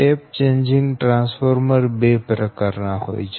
tap changing transformer બે પ્રકારનાં હોય છે